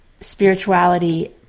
spirituality